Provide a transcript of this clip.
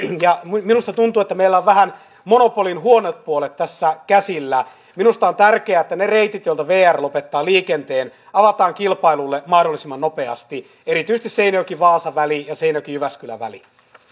minusta tuntuu että meillä on vähän monopolin huonot puolet tässä käsillä minusta on tärkeää että ne reitit joilta vr lopettaa liikenteen avataan kilpailulle mahdollisimman nopeasti erityisesti seinäjoki vaasa väli ja seinäjoki jyväskylä väli